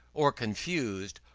or confused,